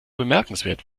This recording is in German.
bemerkenswert